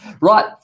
Right